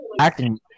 acting